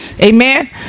Amen